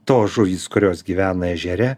tos žuvys kurios gyvena ežere